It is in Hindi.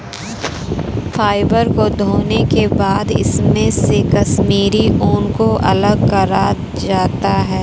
फ़ाइबर को धोने के बाद इसमे से कश्मीरी ऊन को अलग करा जाता है